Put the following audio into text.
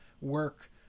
Work